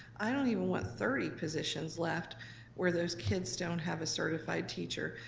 i don't even want thirty positions left where those kids don't have a certified teacher.